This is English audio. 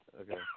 Okay